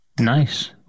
Nice